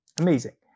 Amazing